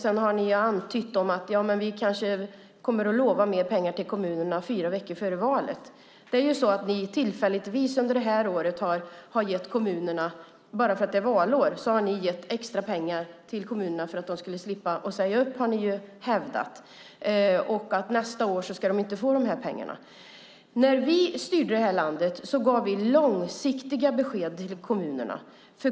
Regeringen har antytt att man kanske kommer att lova mer pengar till kommunerna fyra veckor före valet. Bara för att det är valår har ni, Anders Borg, gett extra pengar till kommunerna för att de ska slippa säga upp folk. Det har ni hävdat. Nästa år ska de inte få dessa pengar. När vi styrde landet gav vi långsiktiga besked till kommunerna.